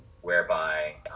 whereby